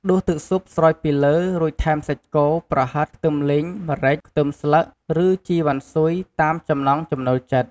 ដួសទឹកស៊ុបស្រោចពីលើ រួចថែមសាច់គោ ប្រហិត ខ្ទឹមលីង ម្រេច ខ្ទឹមស្លឹក ឬជីវ៉ាន់ស៊ុយតាមចំណងចំណូលចិត្ត។